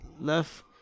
left